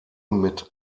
mit